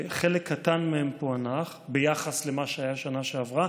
חלק קטן מהם פוענח ביחס למה שהיה בשנה שעברה.